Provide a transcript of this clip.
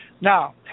Now